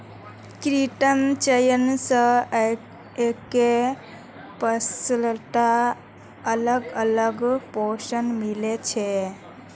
कृत्रिम चयन स एकके फसलत अलग अलग पोषण मिल छे